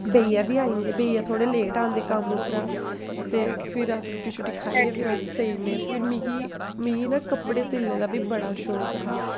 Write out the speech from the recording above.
बइया बी आई जंदे बइया थोह्ड़े लेट आंदे कम्म उप्परा ते फिर अस रुट्टी शुट्टी खाइयै ते फिर अस सेई जन्नें फिर मिगी मिगी ना कपड़े सिलने दा बी बड़ा शौक हा मिगी कपड़े सिलना